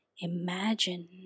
Imagine